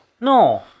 No